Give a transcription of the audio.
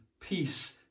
peace